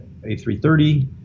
A330